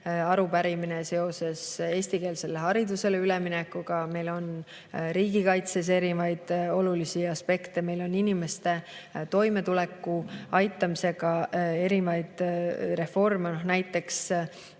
arupärimine oli eestikeelsele haridusele ülemineku kohta, riigikaitses on erinevaid olulisi aspekte, meil on inimeste toimetuleku toetamisega seotud reforme, näiteks